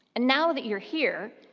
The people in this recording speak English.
and now that you're here,